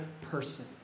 person